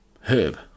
herb